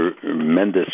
tremendous